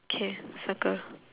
okay circle